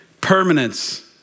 permanence